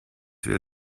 wir